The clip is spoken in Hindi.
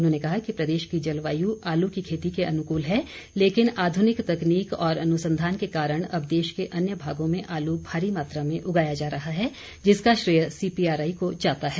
उन्होंने कहा कि प्रदेश की जलवायु आलू की खेती के अनुकूल है लेकिन आधुनिक तकनीक और अनुसंधान के कारण अब देश के अन्य भागों में आलू भारी मात्रा में उगाया जा रहा है जिसका श्रेय सीपीआरआई को जाता है